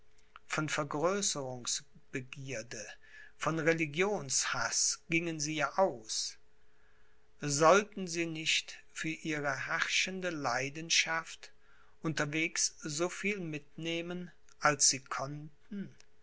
von vergrößerungsbegierde von religionshaß gingen sie ja aus sollten sie nicht für ihre herrschende leidenschaft unterwegs so viel mitnehmen als sie konnten